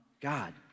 God